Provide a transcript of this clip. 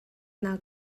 naa